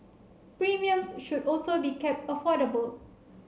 premiums should also be kept affordable